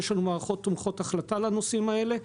יש לנו מערכות תומכות החלטה לנושאים האלה,